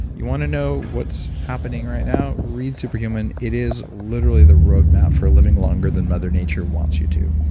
you want to know what's happening right now, read superhuman. it is literally the roadmap for living longer than mother nature wants you to.